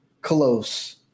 close